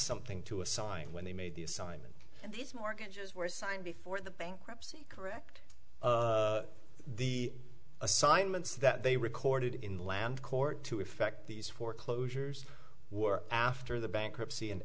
something to assign when they made the assignment and these mortgages were signed before the bankruptcy correct the assignments that they recorded in land court to effect these foreclosures were after the bankruptcy and